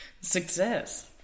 Success